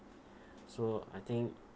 so I think